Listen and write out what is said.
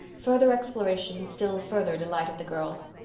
further exploration still further delighted the girls.